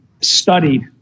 studied